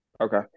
Okay